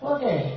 Okay